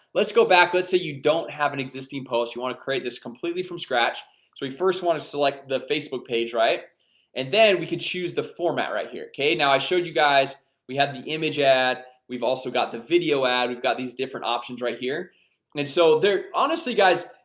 let's go back let's say you don't have an existing post you want to create this completely from scratch so we first want to select the facebook page right and then we can choose the format right here. okay now i showed you guys we have the image ad we've also got the video ad we've got these different options right here and and so there honestly guys,